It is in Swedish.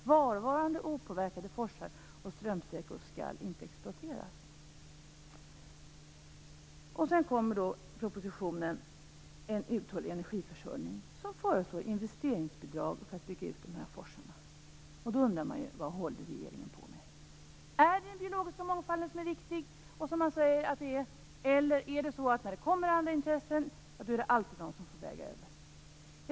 Kvarvarande opåverkade forsar och strömsträckor skall inte exploateras." Sedan kommer då propositionen En uthållig energiförsörjning, där det föreslås investeringsbidrag för att man skall kunna bygga ut dessa forsar. Eller får andra intressen alltid väga över?